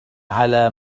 على